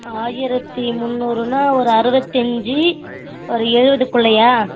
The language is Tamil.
ஆயிரத்தி முந்நூறுன்னால் ஒரு அறுபத்தி அஞ்சு ஒரு எழுபதுக்குள்ளையா